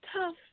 tough